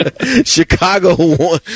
Chicago